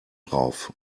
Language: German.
drauf